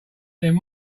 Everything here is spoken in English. then